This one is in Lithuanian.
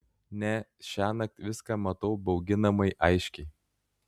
ne šiąnakt viską matau bauginamai aiškiai